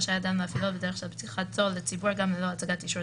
רשאי אדם להפעילו בדרך של פתיחתו לציבור גם ללא הצגת אישור